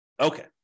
Okay